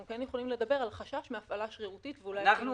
אנחנו כן יכולים לדבר על חשש מהפעלה שרירותית --- אנחנו